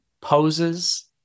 poses